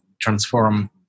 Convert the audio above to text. transform